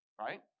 right